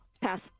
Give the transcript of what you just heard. Pass